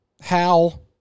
Hal